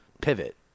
pivot